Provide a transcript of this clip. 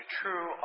true